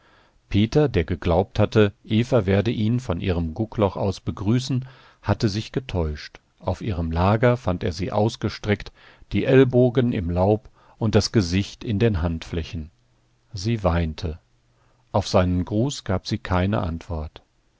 peter der geglaubt hatte eva werde ihn von ihrem guckloch aus begrüßen hatte sich getäuscht auf ihrem lager fand er sie ausgestreckt die ellbogen im laub und das gesicht in den handflächen sie weinte auf seinen gruß gab sie keine antwort